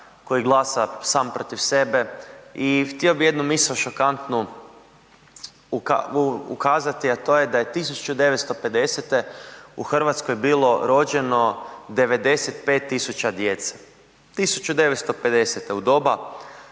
koji glasa sam protiv sebe i htio bi jednu misao šokantnu ukazati, a to je da je 1950. u Hrvatskoj bilo rođeno 95.000 djece, 1950. u doba